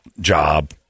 job